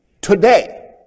today